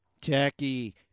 Jackie